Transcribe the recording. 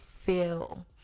feel